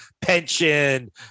pension